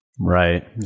right